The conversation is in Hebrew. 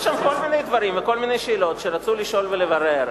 יש שם כל מיני דברים וכל מיני שאלות שרצו לשאול ולברר,